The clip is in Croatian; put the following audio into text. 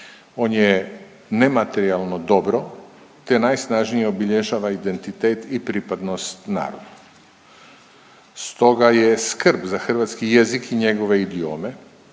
on je nematerijalno dobro te najsnažnije obilježava identitet i pripadnost narodu. Stoga je skrb za hrvatski jezik i njegove idiome